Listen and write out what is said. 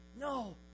No